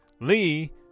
Lee